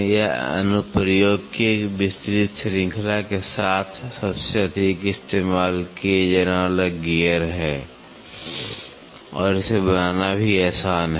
यह अनुप्रयोग की एक विस्तृत श्रृंखला के साथ सबसे अधिक इस्तेमाल किया जाने वाला गियर है और इसे बनाना भी आसान है